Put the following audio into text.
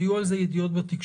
היו על כך ידיעות בתקשורת.